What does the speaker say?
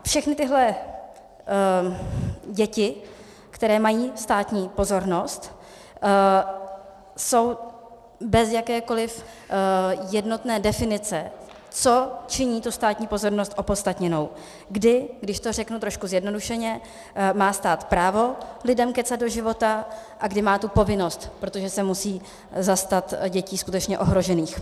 Všechny tyhle děti, které mají státní pozornost, jsou bez jakékoliv jednotné definice, co činí tu státní pozornost opodstatněnou, kdy, když to řeknu trošku zjednodušeně, má stát právo lidem kecat do života a kdy má tu povinnost, protože se musí zastat dětí skutečně ohrožených.